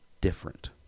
different